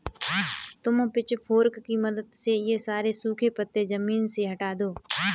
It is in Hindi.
तुम पिचफोर्क की मदद से ये सारे सूखे पत्ते ज़मीन से हटा दो